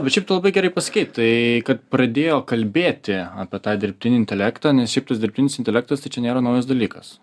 bet šiaip tu labai gerai pasakei tai kad pradėjo kalbėti apie tą dirbtinį intelektą nes šiaip tas dirbtinis intelektas tai čia nėra naujas dalykas